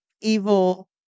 Evil